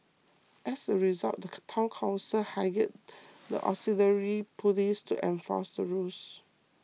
as a result the Town Council hired the auxiliary police to enforce the rules